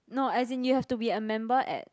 no as in you have to be a member at